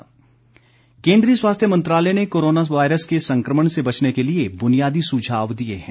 सुझाव केन्द्रीय स्वास्थ्य मंत्रालय ने कोरोना वायरस के संक्रमण से बचने के लिए बुनियादी सुझाव दिए हैं